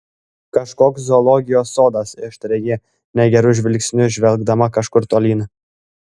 kažkoks zoologijos sodas ištarė ji negeru žvilgsniu žvelgdama kažkur tolyn